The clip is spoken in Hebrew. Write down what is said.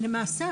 למעשה,